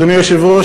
אדוני היושב-ראש,